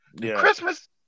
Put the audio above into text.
Christmas